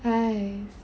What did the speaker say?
!hais!